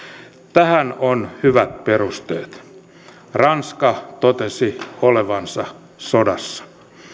tähän on hyvät perusteet ranska totesi olevansa sodassa